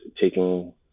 taking